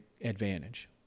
advantage